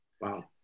Wow